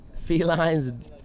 felines